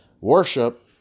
worship